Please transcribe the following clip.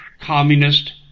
communist